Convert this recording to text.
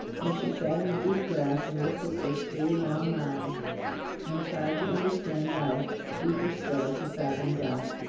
where she sat in the deep grass and looked at those three long mounds and tried to understand life deeper still, to fathom death.